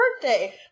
birthday